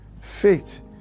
Faith